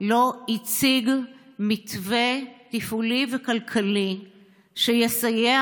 לא הציג מתווה תפעולי וכלכלי שיסייע